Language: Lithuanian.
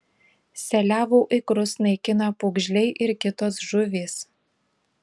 seliavų ikrus naikina pūgžliai ir kitos žuvys